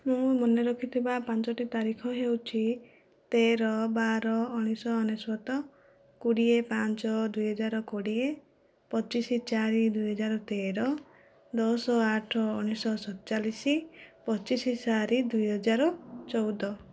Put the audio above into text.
ମୁଁ ମନେ ରଖିଥିବା ପାଞ୍ଚଟି ତାରିଖ ହେଉଛି ତେର ବାର ଉଣେଇଶ ଅନେଶ୍ୱତ କୋଡ଼ିଏ ପାଞ୍ଚ ଦୁଇହାଜର କୋଡ଼ିଏ ପଚିଶ ଚାରି ଦୁଇହଜାର ତେର ଦଶ ଆଠ ଉଣେଇଶ ଷଡ଼ଚାଳିଶି ପଚିଶ ଚାରି ଦୁଇହଜାର ଚଉଦ